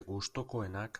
gustukoenak